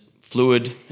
fluid